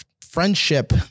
friendship